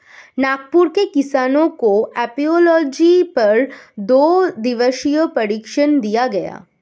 नागपुर के किसानों को एपियोलॉजी पर दो दिवसीय प्रशिक्षण दिया गया